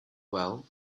well